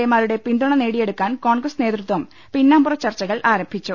A മാരുടെ പിന്തുണ നേടിയെടുക്കാൻ കോൺഗ്രസ് നേതൃത്വം പിന്നാമ്പുറ ചർച്ചകളാരംഭിച്ചു